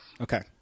Okay